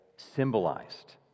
Symbolized